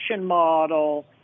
model